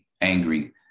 angry